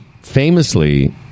famously